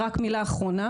ורק מילה אחרונה,